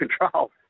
control